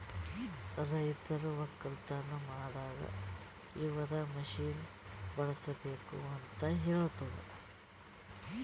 ರೈತರು ಒಕ್ಕಲತನ ಮಾಡಾಗ್ ಯವದ್ ಮಷೀನ್ ಬಳುಸ್ಬೇಕು ಅಂತ್ ಹೇಳ್ಕೊಡ್ತುದ್